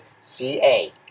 C-A